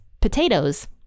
potatoes